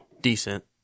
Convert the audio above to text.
decent